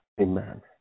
Amen